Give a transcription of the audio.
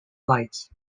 lights